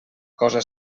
cosa